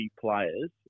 players